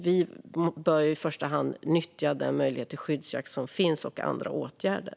Vi bör i första hand nyttja den möjlighet till skyddsjakt som finns, liksom andra åtgärder.